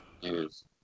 Yes